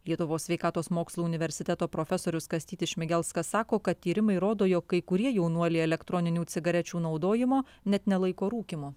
lietuvos sveikatos mokslų universiteto profesorius kastytis šmigelskas sako kad tyrimai rodo jog kai kurie jaunuoliai elektroninių cigarečių naudojimo net nelaiko rūkymu